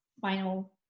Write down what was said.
final